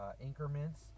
increments